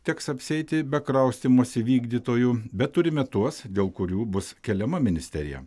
teks apsieiti be kraustymosi vykdytojų bet turime tuos dėl kurių bus keliama ministerija